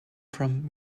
from